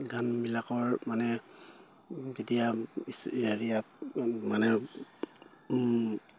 গানবিলাকৰ মানে যেতিয়া ইয়াত মানে